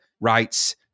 rights